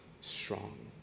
strong